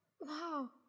Wow